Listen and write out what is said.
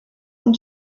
and